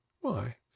Why